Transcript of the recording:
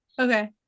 okay